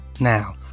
now